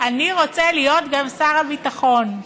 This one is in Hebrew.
אני רוצה להיות גם שר הביטחון.